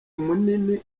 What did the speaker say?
munini